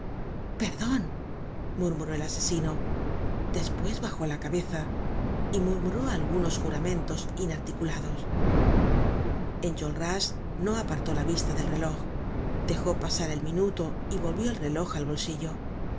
perdon murmuró el asesino despues bajó la cabeza y murmuró algunos juramentos inarticulados enjolras no apartó la vista del reloj dejó pasar el minuto y volvió el reloj al bolsillo en